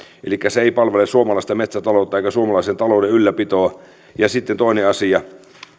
elikkä se ei palvele suomalaista metsätaloutta eikä suomalaisen talouden ylläpitoa ja sitten toinen asia